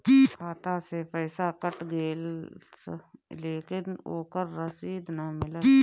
खाता से पइसा कट गेलऽ लेकिन ओकर रशिद न मिलल?